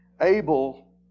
Abel